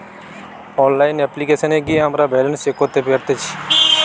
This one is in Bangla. অনলাইন অপ্লিকেশনে গিয়ে আমরা ব্যালান্স চেক করতে পারতেচ্ছি